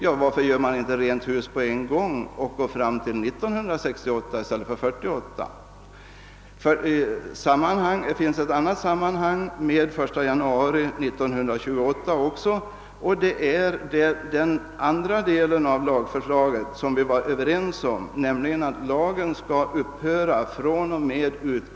Ja, varför gör man inte rent hus med en gång och fastställer 1968 i stället för 1948? Det finns också ett annat sammanhang med den 1 januari 1928, och det är den andra delen av lagförslaget som vi var överens om, nämligen att lagen Herr talman!